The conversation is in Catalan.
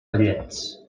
ballets